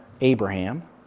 Abraham